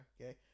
Okay